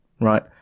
right